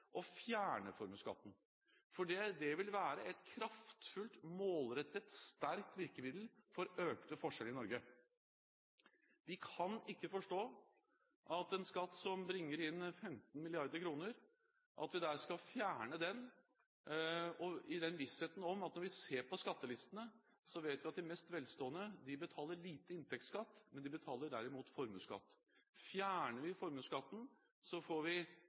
å fjerne formueskatten. Det vil være et kraftfullt, målrettet og sterkt virkemiddel for økte forskjeller i Norge. Vi kan ikke forstå at vi skal fjerne en skatt som bringer inn 15 mrd. kr. Når vi ser på skattelistene, vet vi at de mest velstående betaler lite inntektsskatt, men de betaler derimot formuesskatt. Fjerner vi formuesskatten,